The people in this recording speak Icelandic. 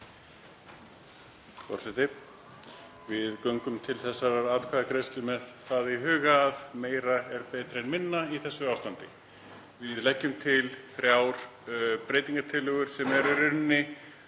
Forseti. Við göngum til þessarar atkvæðagreiðslu með það í huga að meira er betra en minna í þessu ástandi. Við leggjum til þrjár breytingartillögur sem eru í rauninni